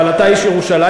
אבל אתה איש ירושלים,